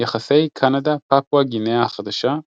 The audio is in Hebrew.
יחסי קנדה – פפואה גינאה החדשה,